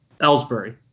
Ellsbury